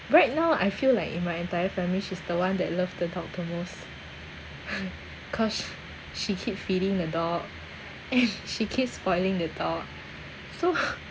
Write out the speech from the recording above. right now I feel like in my entire family she's the one that love the dog the most cause she keep feeding the dog and she keep spoiling the dog so